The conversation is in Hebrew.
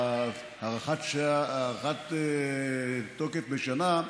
הארכת תוקף בשנה,